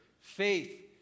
faith